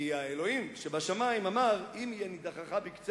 כי האלוהים שבשמים אמר: "אם יהיה נדחך בקצה